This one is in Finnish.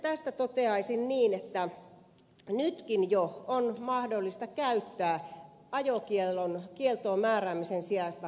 tästä toteaisin niin että nytkin jo on mahdollista käyttää ajokieltoon määräämisen sijasta varoitusta